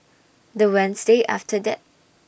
The Wednesday after that